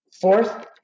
fourth